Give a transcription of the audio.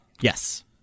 Yes